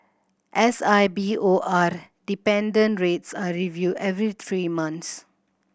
S I B O R dependent rates are reviewed every three months